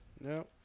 No